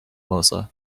melissa